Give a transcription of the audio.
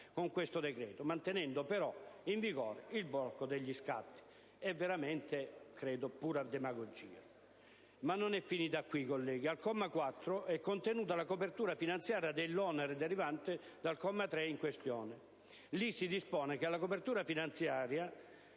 con questo decreto, mantenendo, però, in vigore il blocco degli scatti. È veramente pura demagogia. Ma non è finita qui, colleghi. Al comma 4 è contenuta la copertura finanziaria dell'onere derivante dal comma 3 in questione. Lì si dispone che alla copertura finanziaria